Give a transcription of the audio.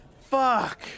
Fuck